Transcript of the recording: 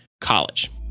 college